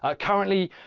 ah currently,